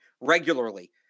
regularly